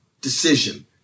decision